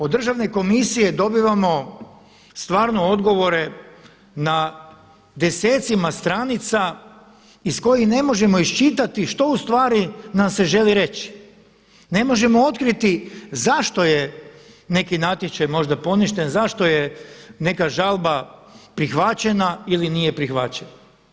Od Državne komisije dobivamo stvarno odgovore na desecima stranica iz kojih ne možemo iščitati što ustvari nam se želi reći, ne možemo otkriti zašto je neki natječaj možda poništen, zašto je neka žalba prihvaćena ili nije prihvaćena.